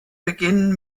beginnen